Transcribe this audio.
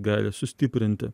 gali sustiprinti